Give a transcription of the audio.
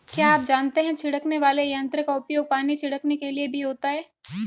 क्या आप जानते है छिड़कने वाले यंत्र का उपयोग पानी छिड़कने के लिए भी होता है?